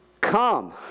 Come